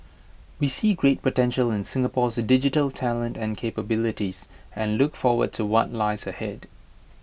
we see great potential in Singapore's digital talent and capabilities and look forward to what lies ahead